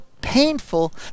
painful